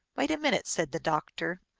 wait a minute, said the doctor.